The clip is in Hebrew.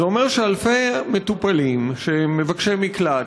זה אומר שאלפי מטופלים שהם מבקשי מקלט,